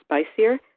spicier